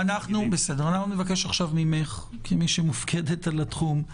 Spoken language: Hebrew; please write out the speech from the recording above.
נבקש ממך עכשיו כמי שמופקדת על התחום.